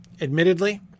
admittedly